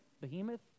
behemoth